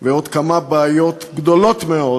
ועוד כמה בעיות גדולות מאוד